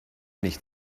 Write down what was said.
nicht